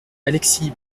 alexis